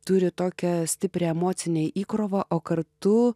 turi tokią stiprią emocinę įkrovą o kartu